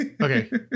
okay